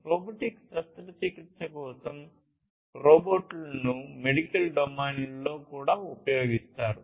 robotic శస్త్రచికిత్స కోసం రోబోట్లను మెడికల్ డొమైన్లో కూడా ఉపయోగిస్తారు